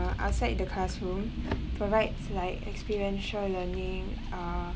uh outside the classroom provides like experiential learning uh